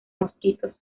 mosquitos